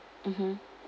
mmhmm